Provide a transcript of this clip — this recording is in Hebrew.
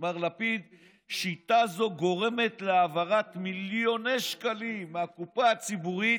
מר לפיד: "שיטה זו גורמת להעברת מיליוני שקלים מהקופה הציבורית